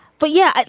but yeah,